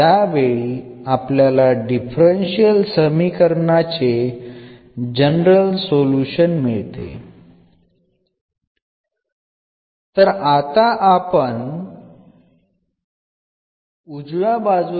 തുടർന്ന് തന്നിരിക്കുന്ന ഡിഫറൻഷ്യൽ സമവാക്യത്തിന്റെ ജനറൽ സൊലൂഷൻ ആയി എന്നു ലഭിക്കുന്നു